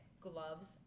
gloves